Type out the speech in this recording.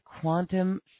quantum